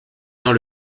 dans